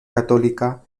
católica